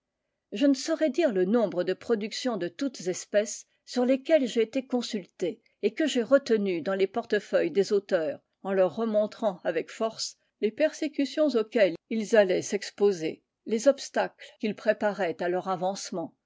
je ne saurais dire le nombre de productions de toutes espèces sur lesquelles j'ai été consulté et que j'ai retenues dans les portefeuilles des auteurs en leur remontrant avec force les persécutions auxquelles ils allaient s'exposer les obstacles qu'ils préparaient à leur avancement